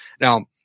Now